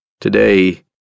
Today